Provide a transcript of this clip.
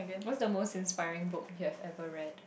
what's the most inspiring book you have ever read